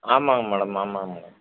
ஆமாங்க மேடம் ஆமாங்க மேடம்